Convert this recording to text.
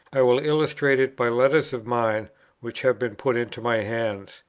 i will illustrate it by letters of mine which have been put into my hands.